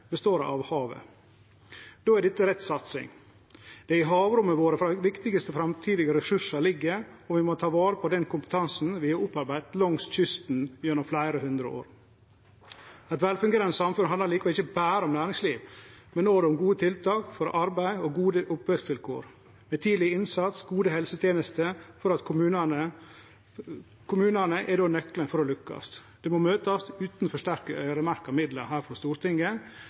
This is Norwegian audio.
består av hav. Då er dette rett satsing. Det er i havrommet dei viktigaste framtidige resursane våre ligg, og vi må ta vare på den kompetansen vi har opparbeidd langs kysten gjennom fleire hundre år. Eit velfungerande samfunn handlar likevel ikkje berre om næringsliv, men òg om gode tiltak for arbeid og gode oppvekstvilkår, med tidleg innsats og gode helsetenester. Kommunane er då nøkkelen for å lukkast. Dei må møtast utan for mykje øyremerking av midlar frå Stortinget,